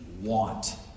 want